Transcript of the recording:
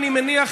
אני מניח,